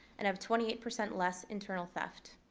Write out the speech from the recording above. and have twenty eight percent less internal theft.